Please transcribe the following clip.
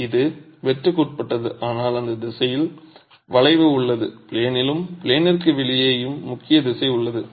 இது வெட்டுக்கு உட்பட்டது ஆனால் அந்த திசையில் வளைவு உள்ளது ப்ளேனிலும் ப்ளேனிற்கு வெளியேயும் முக்கிய திசை உள்ளது